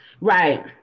right